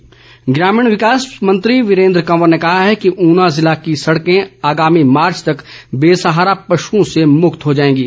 वीरेन्द्र कंवर ग्रामीण विकास मंत्री वीरेन्द्र कंवर ने कहा है कि ऊना जिला की सड़कें आगामी मार्च तक बेसहारा पशुओं से मुक्त हो जाएंगी